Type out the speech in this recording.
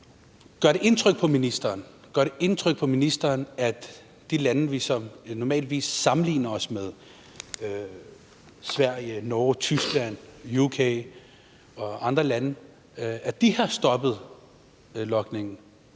Gør det indtryk på ministeren, at de lande, som vi normalvis sammenligner os med – Sverige, Norge, Tyskland, Storbritannien og andre lande – har stoppet den